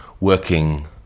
working